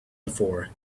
before